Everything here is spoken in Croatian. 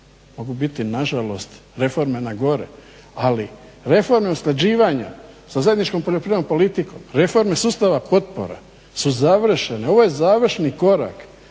Mogu biti, nažalost reforme na gore, ali reforme usklađivanja sa zajedničkom poljoprivrednom politikom, reforme sustava potpore su završene. Ovo je završni korak